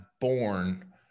born